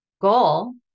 goal